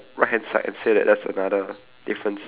oh right hand side mine mine is pointing left hand side so